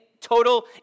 total